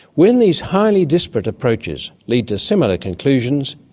when these highly disparate approaches lead to similar conclusions,